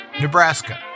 Nebraska